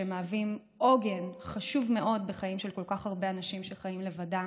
שמהווים עוגן חשוב מאוד בחיים של כל כך הרבה אנשים שחיים לבדם.